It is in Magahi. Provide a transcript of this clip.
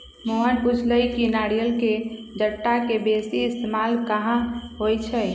मोहन पुछलई कि नारियल के जट्टा के बेसी इस्तेमाल कहा होई छई